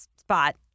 spot